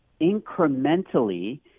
incrementally